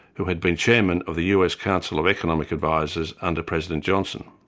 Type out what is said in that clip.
who had been chairman of the us council of economic advisers under president johnson.